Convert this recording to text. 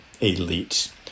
elites